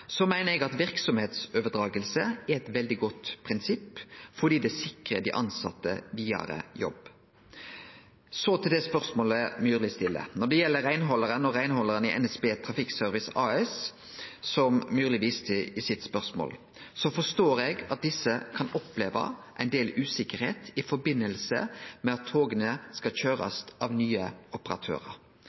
Eg meiner verksemdsoverdraging er eit veldig godt prinsipp fordi det sikrar dei tilsette jobb vidare. Så til spørsmålet representanten Myrli stiller: Når det gjeld reinhaldarane i NSB Trafikkservice AS, som representanten Myrli viste til i spørsmålet sitt, forstår eg at desse kan oppleve ein del usikkerheit i samband med at toga skal køyrast av nye operatørar.